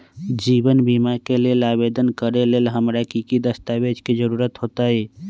जीवन बीमा के लेल आवेदन करे लेल हमरा की की दस्तावेज के जरूरत होतई?